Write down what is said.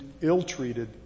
ill-treated